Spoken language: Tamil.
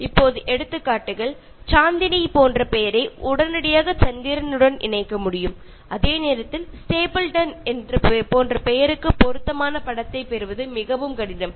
இப்போது எடுத்துக்காட்டுகள் சாந்தினி போன்ற பெயரை உடனடியாக சந்திரனுடன் இணைக்க முடியும் அதே நேரத்தில் ஸ்டேபிள்டன் போன்ற பெயருக்கு பொருத்தமான படத்தைப் பெறுவது மிகவும் கடினம்